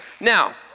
Now